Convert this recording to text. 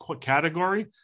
category